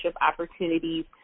opportunities